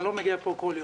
אני לא מגיע לפה בכל יום.